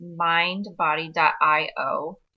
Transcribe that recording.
mindbody.io